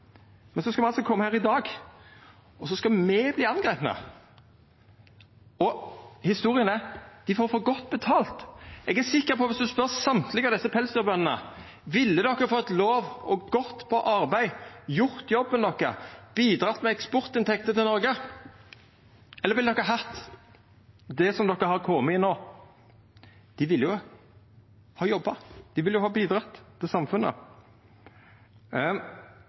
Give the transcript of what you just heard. så skal me altså koma her i dag og verta angripne. Historia er: Dei får for godt betalt. Eg er sikker på at om ein spør alle desse pelsdyrbøndene: Om de hadde fått lov, ville de gått på arbeid, gjort jobben dykkar, bidrege med eksportinntekter til Noreg, eller ville de hatt den situasjonen de er komne i no? Dei ville ha jobba, dei ville ha bidrege til samfunnet.